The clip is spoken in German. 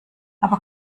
aber